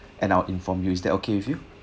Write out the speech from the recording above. and I'll inform you is that okay with you